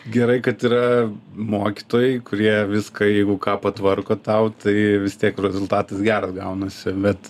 gerai kad yra mokytojai kurie viską jeigu ką patvarko tau tai vis tiek rezultatas geras gaunasi bet